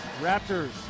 raptors